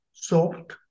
soft